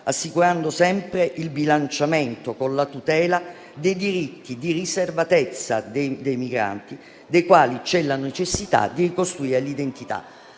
assicurando sempre il bilanciamento con la tutela dei diritti di riservatezza dei migranti dei quali c'è la necessità di ricostruire l'identità.